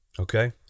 Okay